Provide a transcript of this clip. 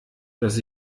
dass